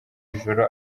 ijoro